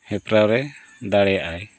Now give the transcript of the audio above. ᱦᱮᱯᱨᱟᱣ ᱨᱮ ᱫᱟᱲᱮᱭᱟᱜᱼᱟᱭ